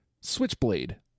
Switchblade